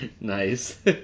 Nice